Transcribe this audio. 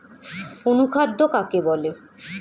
অনুখাদ্য কাকে বলে?